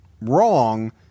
wrong